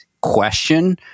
question